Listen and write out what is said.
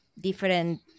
different